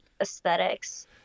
aesthetics